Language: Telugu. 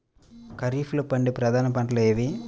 ఖరీఫ్లో పండే ప్రధాన పంటలు ఏవి?